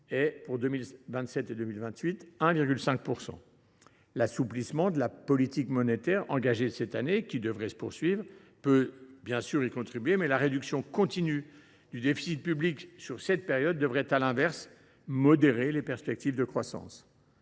1,5 % en 2027 et 2028. L’assouplissement de la politique monétaire engagé cette année, qui devrait se poursuivre l’an prochain, peut bien sûr y contribuer, mais la réduction continue du déficit public sur cette période devrait à l’inverse modérer les perspectives de croissance.